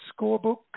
scorebook